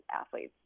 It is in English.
athletes